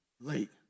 late